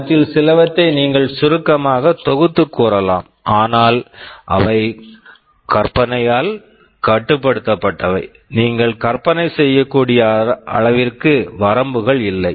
அவற்றில் சிலவற்றை நீங்கள் சுருக்கமாக தொகுத்துக் கூறலாம் ஆனால் அவை கற்பனையால் கட்டுப்படுத்தப்பட்டவை நீங்கள் கற்பனை செய்யக்கூடிய அளவிற்கு வரம்பு இல்லை